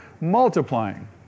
multiplying